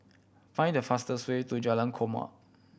find the fastest way to Jalan Korma